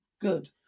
good